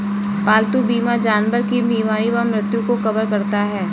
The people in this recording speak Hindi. पालतू बीमा जानवर की बीमारी व मृत्यु को कवर करता है